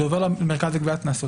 זה עובר למרכז לגביית קנסות,